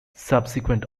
subsequent